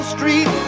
Street